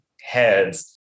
heads